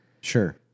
Sure